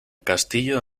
castillo